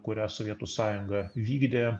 kurią sovietų sąjunga vykdė